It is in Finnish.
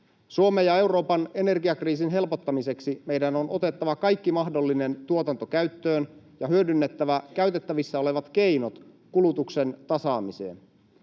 Suomen ja Euroopan energiakriisin helpottamiseksi meidän on otettava kaikki mahdollinen tuotanto käyttöön ja hyödynnettävä käytettävissä olevat keinot kulutuksen tasaamiseen.